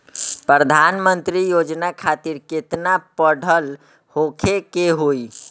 प्रधानमंत्री योजना खातिर केतना पढ़ल होखे के होई?